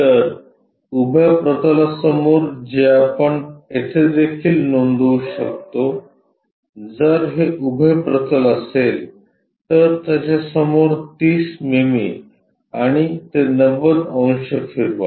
तर उभ्या प्रतलासमोर जे आपण येथेदेखील नोंदवू शकतो जर हे उभे प्रतल असेल तर त्याच्या समोर 30 मिमी आणि ते 90 अंश फिरवा